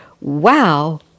wow